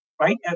right